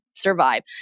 survive